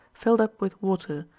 filled up with water,